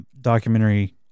documentary